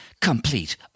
complete